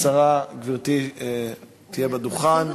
גברתי השרה תעלה לדוכן.